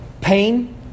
pain